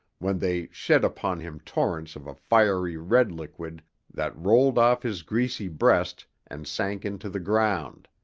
when they shed upon him torrents of a fiery red liquid that rolled off his greasy breast and sank into the ground